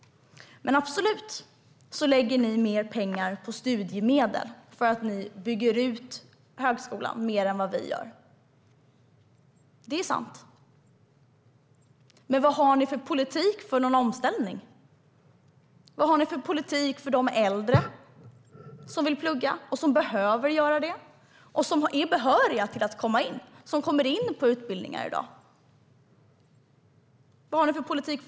Men det är riktigt att ni lägger mer pengar på studiemedel för att ni bygger ut högskolan mer än vi gör. Det är sant. Men vad har ni för politik för en omställning? Vad har ni för politik för de äldre som vill och behöver plugga och som är behöriga och kommer in på utbildningar i dag?